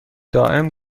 دائم